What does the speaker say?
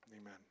Amen